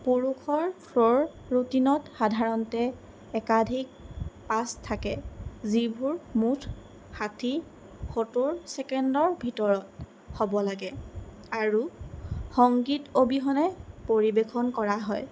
পুৰুষৰ ফ্ল'ৰ ৰুটিনত সাধাৰণতে একাধিক পাছ থাকে যিবোৰ মুঠ ষাঠি সত্তৰ ছেকেণ্ডৰ ভিতৰত হ'ব লাগে আৰু সংগীত অবিহনে পৰিৱেশন কৰা হয়